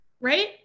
right